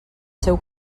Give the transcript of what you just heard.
seu